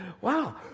wow